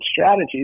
strategies